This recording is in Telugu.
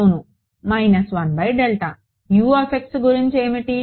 అవును గురించి ఏమిటి